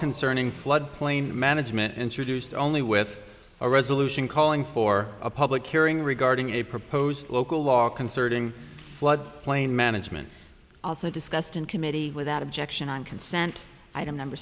concerning flood plain management introduced only with a resolution calling for a public hearing regarding a proposed local law concerning flood plain management also discussed in committee without objection on consent item number